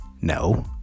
No